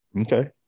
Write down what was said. Okay